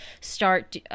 start